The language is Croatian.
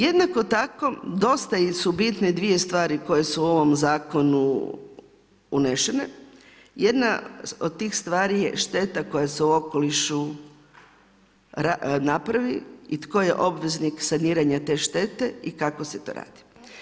Jednako tako, dosta su bitne 2 stvari koje su u ovome zakonu unesene, jedna od tih stvari je šteta koja se u okolišu napravi i tko je obveznik saniranja te štete i kako se to radi.